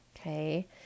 Okay